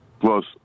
plus